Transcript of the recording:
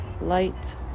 light